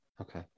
okay